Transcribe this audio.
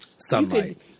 Sunlight